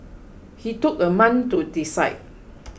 he took a month to decide